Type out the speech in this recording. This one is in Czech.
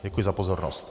Děkuji za pozornost.